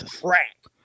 crack